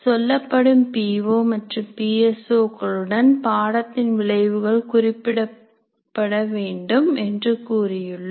சொல்லப்படும் P O மற்றும் P S O களுடன் பாடத்தின் விளைவுகள் குறிப்பிடப்பட வேண்டும் என்று கூறியுள்ளோம்